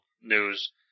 news